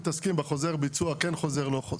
בחוזר ביצוע, כן חוזר, לא חוזר.